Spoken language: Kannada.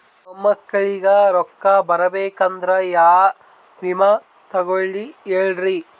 ಮೊಮ್ಮಕ್ಕಳಿಗ ರೊಕ್ಕ ಬರಬೇಕಂದ್ರ ಯಾ ವಿಮಾ ತೊಗೊಳಿ ಹೇಳ್ರಿ?